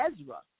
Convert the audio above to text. Ezra